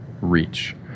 reach